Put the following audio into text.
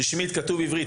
רשמית כתוב עברית,